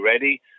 ready